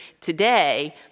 today